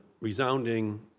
resounding